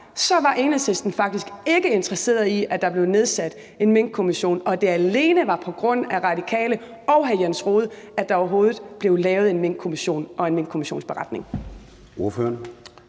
var Enhedslisten faktisk ikke interesseret i, at der blev nedsat en Minkkommission, og at det alene var på grund af De Radikale og hr. Jens Rohde, at der overhovedet blev lavet en Minkkommission og en minkkommissionsberetning.